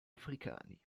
africani